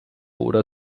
oder